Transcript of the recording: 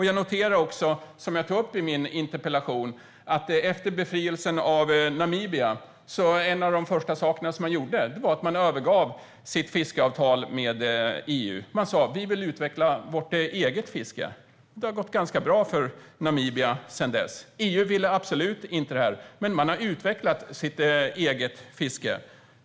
Jag noterar också, som jag tog upp i min interpellation, att efter befrielsen av Namibia var en av de första sakerna man gjorde att överge sitt fiskeavtal med EU. Man sa i stället att man ville utveckla sitt eget fiske, och det har gått ganska bra för Namibia sedan dess. EU ville absolut inte detta, men Namibia har utvecklat sitt eget fiske.